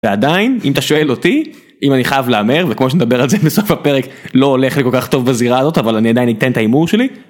ועדיין, אם אתה שואל אותי, אם אני חייב להמר, וכמו שנדבר על זה בסוף הפרק לא הולך כל כך טוב בזירה הזאת, אבל אני עדיין אתן את ההימור שלי.